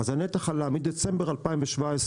הנתח של הבנקים עלה מדצמבר 2017,